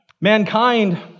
mankind